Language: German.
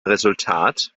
resultat